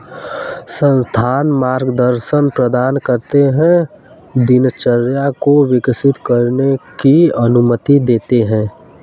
संस्थान मार्गदर्शन प्रदान करते है दिनचर्या को विकसित करने की अनुमति देते है